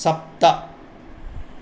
सप्त